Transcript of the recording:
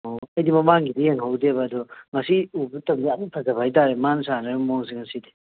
ꯑꯣ ꯑꯩꯗꯤ ꯃꯃꯥꯡꯒꯤꯗꯤ ꯌꯦꯡꯍꯧꯗꯦꯕ ꯑꯗꯣ ꯉꯁꯤ ꯎꯕꯗꯨ ꯇꯧꯔꯤꯖꯥꯠꯂ ꯑꯁꯨꯛ ꯐꯖꯕ ꯍꯥꯏꯇꯔꯦ ꯃꯥꯅ ꯁꯥꯅꯔꯤꯕ ꯃꯑꯣꯡꯁꯦ ꯉꯁꯤꯗꯤ